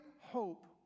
hope